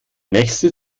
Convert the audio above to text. nächste